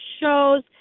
shows